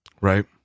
Right